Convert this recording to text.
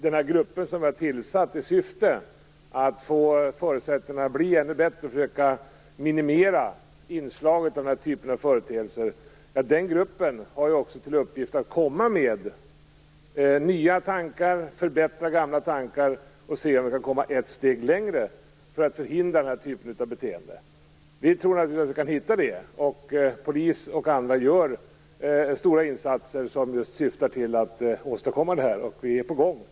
Den grupp som är tillsatt i syfte att få förutsättningarna att bli ännu bättre och försöka minimera inslaget av den här typen av företeelser har till uppgift att komma med nya tankar, förbättra gamla tankar och se om vi kan komma ett steg längre för att förhindra den här typen av beteende. Vi tror naturligtvis att detta skall lyckas. Polis och andra gör stora insatser som just syftar till att åstadkomma resultat. Vi är på gång.